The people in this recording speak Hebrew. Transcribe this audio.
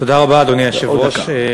אדוני היושב-ראש,